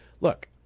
Look